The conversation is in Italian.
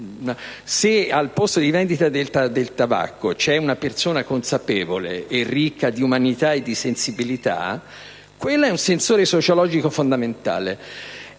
Se al posto di vendita del tabacco c'è una persona consapevole e ricca di umanità e di sensibilità, quella è un sensore sociologico fondamentale.